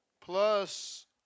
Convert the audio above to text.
Plus